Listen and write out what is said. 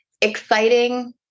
exciting